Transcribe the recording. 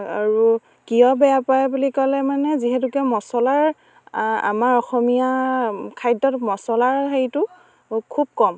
আৰু কিয় বেয়া পায় বুলি ক'লে মানে যিহেতুকে মচলাৰ আমাৰ অসমীয়া খাদ্য়ত মচলাৰ হেৰিটো খুব কম